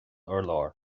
urlár